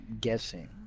guessing